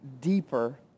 deeper